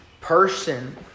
person